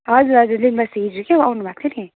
हजुर हजुर लिम बस्ती हिजो क्या हो आउनुभएको थियो नि